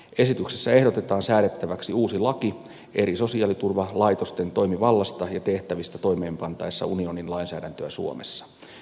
esityksessä ehdotetaan säädettäväksi uusi laki eri sosiaaliturvalaitosten toimivallasta ja tehtävistä toimeenpantaessa unionin lainsäädäntöä suomessa